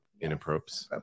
inappropriate